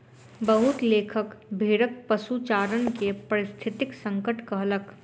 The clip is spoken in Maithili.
बहुत लेखक भेड़क पशुचारण के पारिस्थितिक संकट कहलक